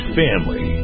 family